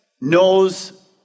knows